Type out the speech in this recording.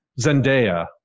Zendaya